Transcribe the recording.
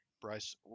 Bryce